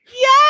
Yes